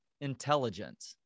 intelligent